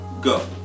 go